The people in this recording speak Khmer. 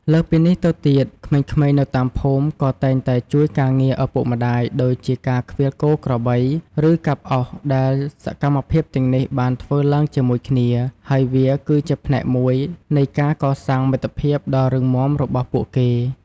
លើសពីនេះទៅទៀត ក្មេងៗនៅតាមភូមិក៏តែងតែជួយការងារឪពុកម្តាយដូចជាការឃ្វាលគោក្របី ឬកាប់អុសដែលសកម្មភាពទាំងនេះបានធ្វើឡើងជាមួយគ្នា ហើយវាគឺជាផ្នែកមួយនៃការកសាងមិត្តភាពដ៏រឹងមាំរបស់ពួកគេ។